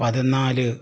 പതിനാല്